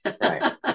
Right